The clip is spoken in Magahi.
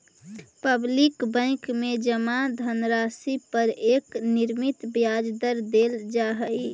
पब्लिक बैंक में जमा धनराशि पर एक निश्चित ब्याज दर देल जा हइ